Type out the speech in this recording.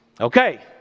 Okay